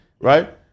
right